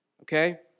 Okay